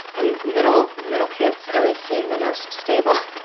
and middle middle kids always seem the most stable.